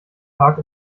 tag